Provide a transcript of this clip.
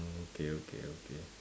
orh okay okay okay